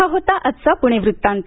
हा होता आजचा पुणे वृत्तांत